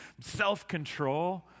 self-control